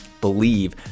believe